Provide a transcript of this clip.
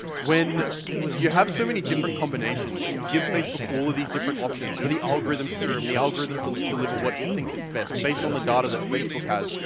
when you have so many different combinations and you give facebook all of these different options for the algorithm to choose and the algorithm to deliver what it thinks it's best based on the data that facebook has,